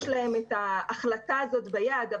יש להם את ההחלטה הזאת ביד,